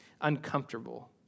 uncomfortable